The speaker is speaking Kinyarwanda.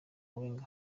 wenger